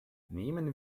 nehmen